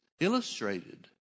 illustrated